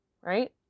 right